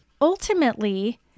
ultimately